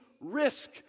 risk